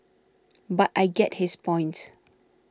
but I get his points